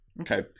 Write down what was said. Okay